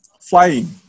flying